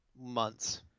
Months